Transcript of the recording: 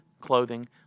clothing